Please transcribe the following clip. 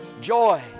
joy